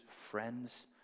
friends